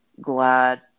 glad